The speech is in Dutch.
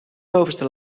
bovenste